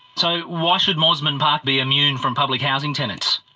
so, why should mosman park be immune from public housing tenants?